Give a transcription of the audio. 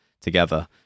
together